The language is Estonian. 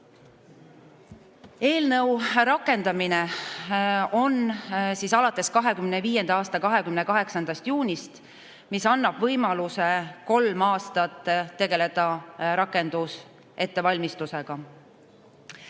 Eelnõu rakendamine on alates 2025. aasta 28. juunist. See annab võimaluse kolm aastat tegeleda rakendusettevalmistusega.